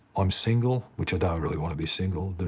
i'm single, which i don't really wanna be single.